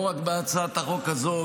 לא רק בהצעת החוק הזו,